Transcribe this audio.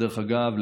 דרך אגב,